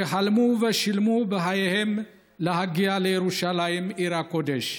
שחלמו ושילמו בחייהם כדי להגיע לירושלים עיר הקודש.